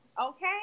okay